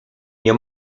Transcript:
nie